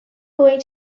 going